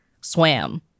swam